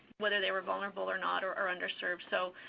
whether they were vulnerable or not or or underserved. so